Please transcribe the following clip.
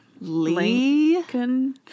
Lincoln